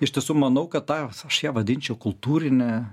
iš tiesų manau kad tą aš ją vadinčiau kultūrine